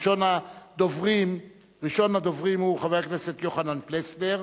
ראשון הדוברים הוא חבר הכנסת יוחנן פלסנר,